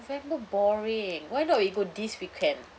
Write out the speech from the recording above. november boring why not we go this weekend